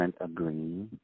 agree